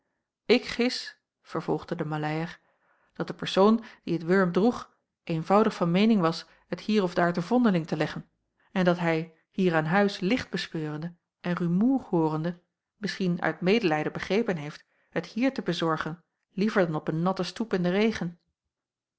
ik gis vervolgde de maleier dat de persoon die het wurm droeg eenvoudig van meening was het hier of daar te vondeling te leggen en dat hij hier aan huis licht bespeurende en rumoer hoorende misschien uit medelijden begrepen heeft het hier te bezorgen liever dan op een natte stoep in den regen